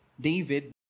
David